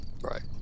Right